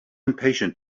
impatient